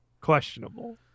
questionable